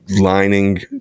lining